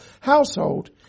household